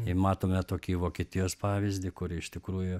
jei matome tokį vokietijos pavyzdį kur iš tikrųjų